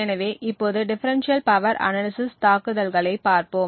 எனவே இப்போது differential power analysis தாக்குதல்களை பார்ப்போம்